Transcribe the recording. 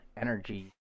energy